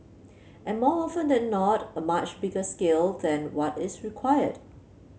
and more often than not a much bigger scale than what is required